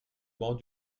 bancs